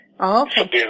Okay